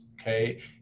Okay